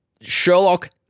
Sherlock